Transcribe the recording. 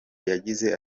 yagize